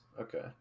Okay